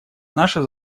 наша